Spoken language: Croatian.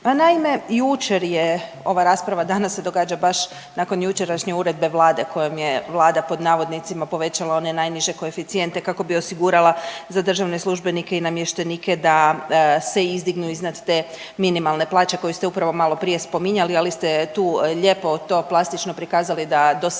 naime, jučer je ova rasprava danas se događa baš nakon jučerašnje uredbe Vlade kojom je Vlada pod navodnicima povećala one najniže koeficijente kako bi osigurala za državne službenike i namještenike da se izdignu iznad te minimalne plaće koju ste upravo malo prije spominjali, ali ste tu lijepo to plastično prikazali da dosežu